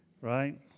Right